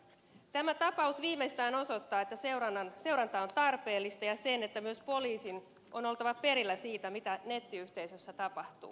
tämä tapaus viimeistään osoittaa että seuranta on tarpeellista ja myös poliisin on oltava perillä siitä mitä nettiyhteisössä tapahtuu